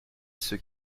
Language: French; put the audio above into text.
ceux